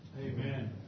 Amen